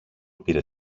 πήρε